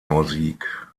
musik